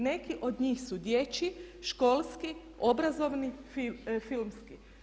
Neki od njih su dječji, školski, obrazovni, filmski.